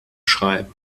schreiben